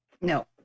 No